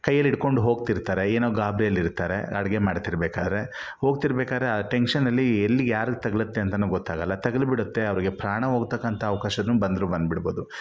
ಕೈಯ್ಯಲ್ಲಿಡ್ಕೊಂಡು ಹೋಗ್ತಿರ್ತಾರೆ ಏನೋ ಗಾಬರಿಯಲ್ಲಿ ಇರ್ತಾರೆ ಅಡುಗೆ ಮಾಡ್ತಿರ್ಬೇಕಾದ್ರೆ ಹೋಗ್ತಿರ್ಬೇಕಾದ್ರೆ ಆ ಟೆಂಕ್ಶನಲ್ಲಿ ಎಲ್ಲಿ ಯಾರಿಗೆ ತಗಲುತ್ತೆ ಅಂತಲೂ ಗೊತ್ತಾಗಲ್ಲ ತಗ್ಲಿಬಿಡುತ್ತೆ ಅವರಿಗೆ ಪ್ರಾಣ ಹೋಗ್ತಕ್ಕಂಥ ಅವಕಾಶನೂ ಬಂದರೂ ಬಂದ್ಬಿಡ್ಬೋದು